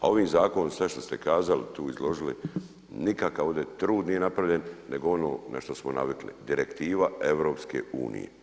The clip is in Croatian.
Ovim zakonom sve što ste kazali, tu izložili nikakav ovdje trud nije napravljen nego ono na što smo navili, direktiva EU.